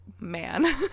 man